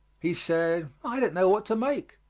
he said, i don't know what to make!